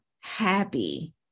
happy